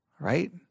Right